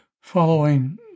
following